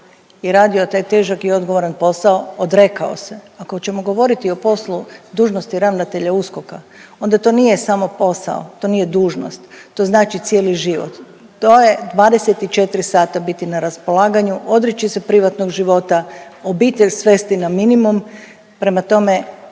i radio taj težak i odgovoran posao, odrekao se, ako ćemo govoriti o poslu dužnosti ravnatelja USKOK-a onda to nije samo posao, to nije dužnost to znači cijeli život. To je 24 sata biti na raspolaganju, odriči se privatnog života, obitelj svesti na minimum. Prema tome,